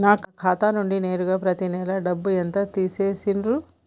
నా ఖాతా నుండి నేరుగా పత్తి నెల డబ్బు ఎంత తీసేశిర్రు?